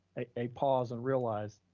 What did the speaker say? a pause and realize